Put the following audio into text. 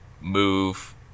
move